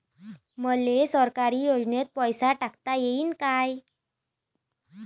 मले सरकारी योजतेन पैसा टाकता येईन काय?